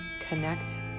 connect